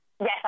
Yes